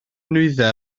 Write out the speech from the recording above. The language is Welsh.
nwyddau